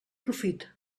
profit